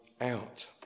out